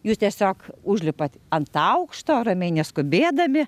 jūs tiesiog užlipat ant aukšto ramiai neskubėdami